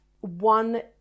one